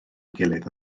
gilydd